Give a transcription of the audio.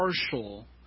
partial